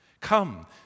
Come